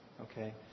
okay